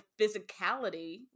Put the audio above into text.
physicality